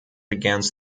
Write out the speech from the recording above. against